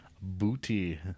Booty